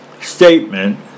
statement